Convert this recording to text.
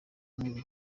nkuru